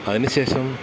അതിനുശേഷം